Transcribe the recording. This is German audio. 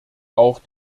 auch